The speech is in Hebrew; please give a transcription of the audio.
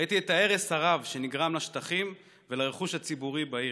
ראיתי את ההרס הרב שנגרם לשטחים ולרכוש הציבורי בעיר.